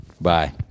Bye